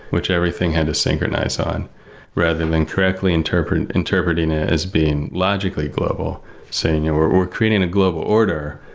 which everything had to synchronize on rather than correctly interpreting interpreting it as being logically global saying, yeah we're we're creating a global order,